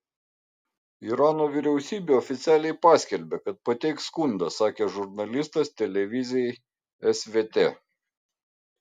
irano vyriausybė oficialiai paskelbė kad pateiks skundą sakė žurnalistas televizijai svt